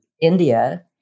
India